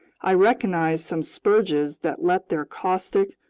i recognized some spurges that let their caustic,